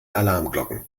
alarmglocken